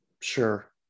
Sure